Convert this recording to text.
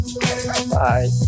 Bye